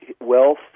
wealth